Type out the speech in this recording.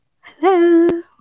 hello